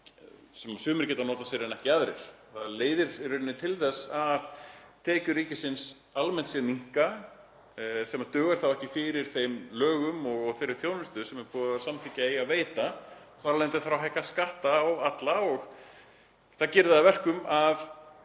sem sumir geta notfært sér en ekki aðrir. Það leiðir í rauninni til þess að tekjur ríkisins almennt séð minnka, sem dugar þá ekki fyrir þeim lögum og þeirri þjónustu sem er búið að samþykkja að eigi að veita. Þar af leiðandi þarf að hækka skatta á alla og það gerir það að verkum að